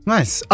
Nice